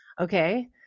okay